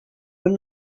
were